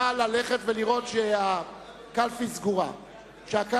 נא ללכת ולראות שהקלפי ריקה.